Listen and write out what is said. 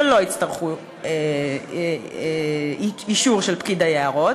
שלא יצטרכו אישור של פקיד היערות,